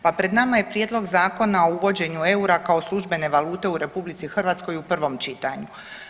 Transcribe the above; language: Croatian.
Pa pred nama je Prijedlog Zakona o uvođenju eura kao službene valute u RH u prvom čitanju.